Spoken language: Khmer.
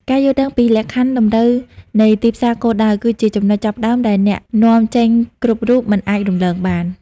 ការយល់ដឹងពីលក្ខខណ្ឌតម្រូវនៃទីផ្សារគោលដៅ គឺជាចំណុចចាប់ផ្ដើមដែលអ្នកនាំចេញគ្រប់រូបមិនអាចរំលងបាន។